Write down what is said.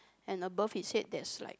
and above his head there's like